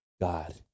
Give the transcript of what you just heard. God